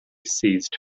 seized